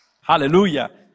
Hallelujah